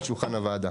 על שולחן הוועדה.